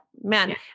man